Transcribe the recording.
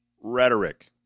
rhetoric